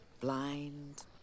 Blind